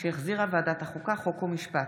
שהחזירה ועדת החוקה, חוק ומשפט.